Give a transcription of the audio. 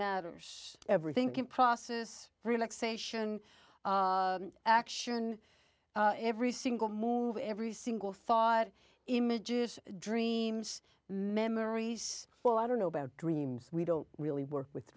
matters every thinking process relaxation action every single move every single thought images dreams memories for i don't know about dreams we don't really work with